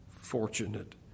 fortunate